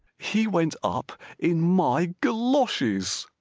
he went up in my goloshes!